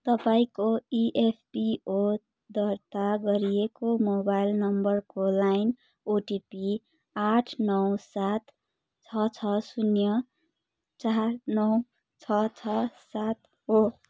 तपाईँँको इएफपिओ दर्ता गरिएको मोबाइल नम्बरको लगइन ओटिपी आठ नौ सात छ छ शून्य चार नौ छ छ सात हो